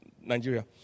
Nigeria